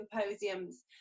symposiums